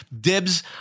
dibs